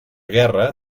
guerra